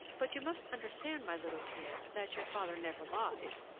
but you must understand, my little pierre, that your father never lies.